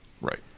Right